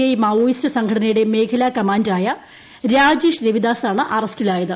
I മാവോയിസ്റ്റ് സംഘടനയുടെ മേഖലാ കമാന്ററായ രാജേഷ് രവിദാസ് ആണ് അറസ്റ്റിലായത്